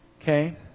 Okay